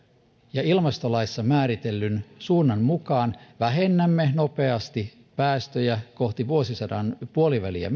ja ilmastolaissa määritellyn suunnan mukaan vähennämme nopeasti päästöjä kohti vuosisadan puoliväliä